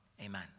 Amen